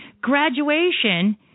Graduation